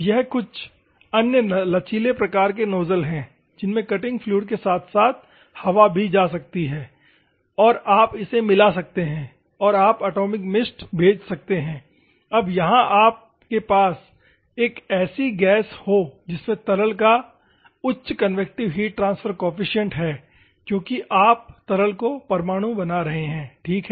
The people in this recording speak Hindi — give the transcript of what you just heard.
ये कुछ अन्य लचीले प्रकार के नोजल हैं जिनमे कटिंग फ्लूइड के साथ साथ हवा भी जा सकती है और आप इसे मिला सकते हैं और आप एटॉमिक मिस्ट भेज सकते हैं अब यहां आपके पास एक ऐसी गैस हो जिसमें तरल का उच्च कन्वेक्टिव हीट ट्रांसफर कोफिसिएंट है क्योंकि आप तरल को परमाणु बना रहे हैं ठीक है